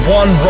one